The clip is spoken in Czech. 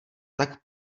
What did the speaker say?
tak